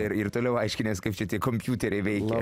ir ir toliau aiškinies kaip čia tie kompiuteriai veikia